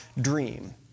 dream